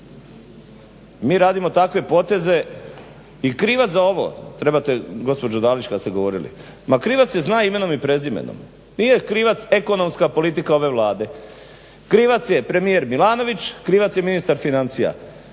Mi radimo takve poteze i krivac za ovo trebate gospođo Dalić kad ste govorili, ma krivac se zna imenom i prezimenom. Nije krivac ekonomska politika ove Vlade. Krivaca je premijer Milanović, krivac je ministar financija